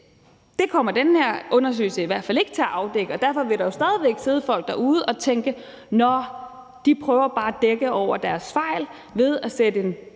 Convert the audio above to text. det kommer den her undersøgelse i hvert fald ikke til at afdække, og derfor vil der jo stadig væk sidde folk derude og tænke: Nå, de prøver bare at dække over deres fejl ved at sætte et